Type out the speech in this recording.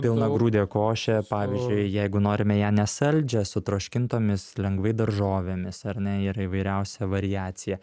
pilnagrūdė košė pavyzdžiui jeigu norime ją nesaldžią su troškintomis lengvai daržovėmis ar ne ir įvairiausia variacija